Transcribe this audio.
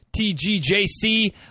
TGJC